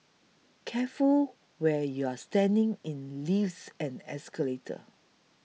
careful where you're standing in lifts and escalators